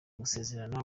gusezerana